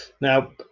Now